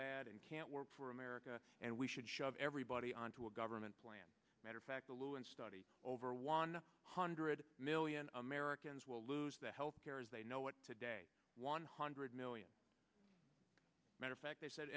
bad and can't work for america and we should shove everybody onto a government plan matter fact the lewin study over one hundred million americans will lose their health care as they know what today one hundred million matter fact they said